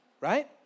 right